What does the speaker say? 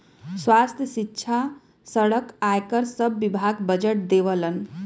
स्वास्थ्य, सिक्षा, सड़क, आयकर सब विभाग बजट देवलन